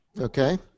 Okay